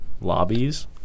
lobbies